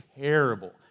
terrible